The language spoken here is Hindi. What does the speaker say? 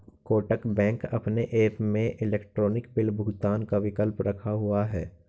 कोटक बैंक अपने ऐप में इलेक्ट्रॉनिक बिल भुगतान का विकल्प रखा हुआ है